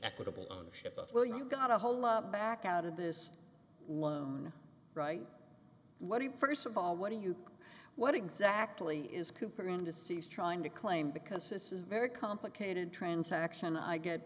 equitable ownership of well you got a whole lot back out of this loan right what do you first of all what do you what exactly is cooper industries trying to claim because this is a very complicated transaction i get